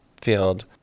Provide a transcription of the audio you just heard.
field